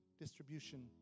distribution